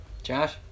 Josh